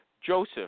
Joseph